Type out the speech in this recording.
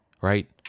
right